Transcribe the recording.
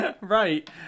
Right